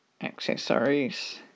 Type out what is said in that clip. accessories